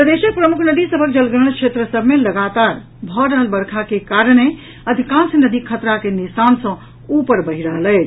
प्रदेशक प्रमुख नदी सभक जलग्रहण क्षेत्र सभ मे लगातार भऽ रहल वर्षा के कारणे अधिकांश नदी खतरा के निशान सँ ऊपर बहि रहल अछि